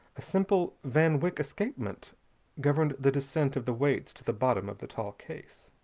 a simple van wyck escapement governed the descent of the weights to the bottom of the tall case.